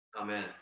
Amen